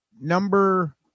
Number